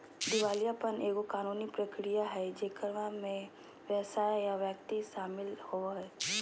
दिवालियापन एगो कानूनी प्रक्रिया हइ जेकरा में व्यवसाय या व्यक्ति शामिल होवो हइ